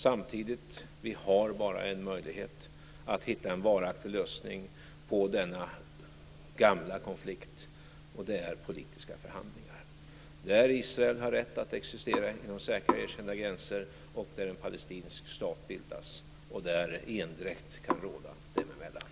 Samtidigt har vi bara en möjlighet att hitta en varaktig lösning på denna gamla konflikt, och det är politiska förhandlingar där Israel har rätt att existera inom säkra och erkända gränser, där en palestinsk stat bildas och där endräkt kan råda dem emellan.